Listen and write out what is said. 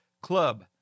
club